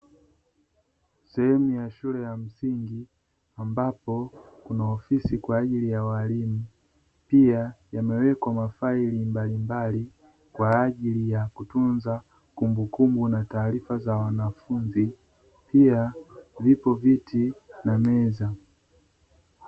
Sehemu ya shule ya msingi ambapo kuna ofisi kwajili ya walimu, pia yamewekwa mafaili mbalimbali, kwa ajili ya kutunza kumbukumbu na taarifa za wanafunzi pia vipo viti na meza.